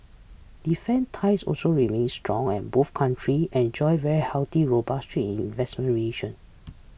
defence ties also remain strong and both country enjoy very healthy robust trade and investment relation